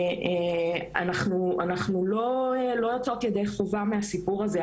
אנחנו לא יוצאות ידי חובה מהסיפור הזה.